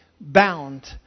bound